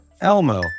Elmo